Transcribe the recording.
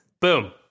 Boom